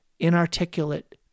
inarticulate